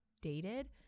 dated